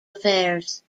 affairs